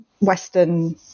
western